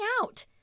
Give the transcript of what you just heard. out